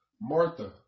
Martha